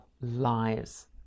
lives